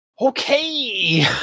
Okay